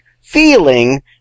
feeling